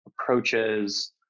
approaches